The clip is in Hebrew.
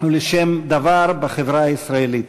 ולשם-דבר בחברה הישראלית.